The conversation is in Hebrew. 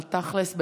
בתכל'ס,